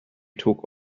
took